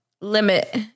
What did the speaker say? limit